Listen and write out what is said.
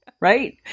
Right